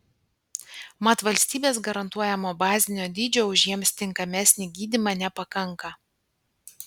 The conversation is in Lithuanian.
mat valstybės garantuojamo bazinio dydžio už jiems tinkamesnį gydymą nepakanka